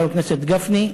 חבר הכנסת גפני,